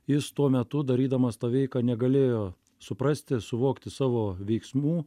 jis tuo metu darydamas tą veiką negalėjo suprasti suvokti savo veiksmų